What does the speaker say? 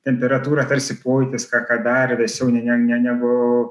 temperatūra tarsi pojūtis kad kad dar vėsiau ne ne ne negu